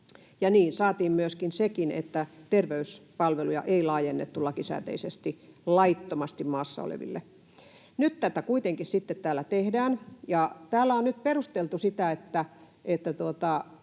saatiin sekin, että terveyspalveluja ei laajennettu lakisääteisesti laittomasti maassa oleville. Nyt tätä kuitenkin sitten täällä tehdään, ja täällä on nyt perusteltu sitä,